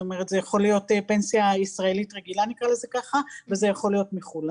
זה יכול להיות פנסיה ישראלית רגילה וזה יכול להיות מחו"ל.